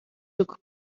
took